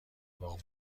باغ